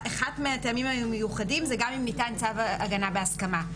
אחד מהטעמים המיוחדים זה גם אם ניתן צו הגנה בהסכמה.